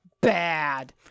bad